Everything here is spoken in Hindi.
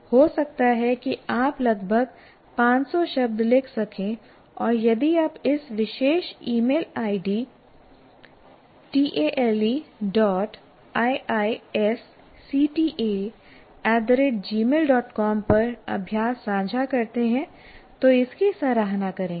हो सकता है कि आप लगभग 500 शब्द लिख सकें और यदि आप इस विशेष ईमेल आईडी taleiisctagmailcom पर अभ्यास साझा करते हैं तो इसकी सराहना करेंगे